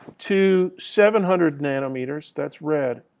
to seven hundred nanometers, that's red.